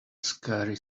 scary